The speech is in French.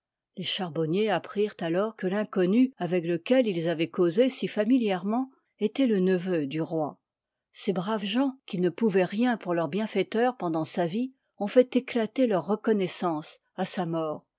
les charbonniers apprirent alors que l'inconnu avec lequel ils avoient causé si familièrement étoit le neveu du ptoi ces braves gens qui ne pouvoient rien pour leur bienfaiteur pcn dant sa vie ont fait éclater leur reconnoissance à sa mort